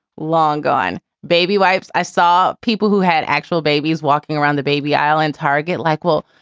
long gone baby wipes. i saw people who had actual babies walking around the baby island target like, well,